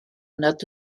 nad